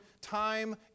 time